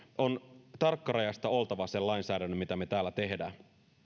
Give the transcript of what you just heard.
on oltava sen lainsäädännön mitä täällä tehdään